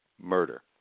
MURDER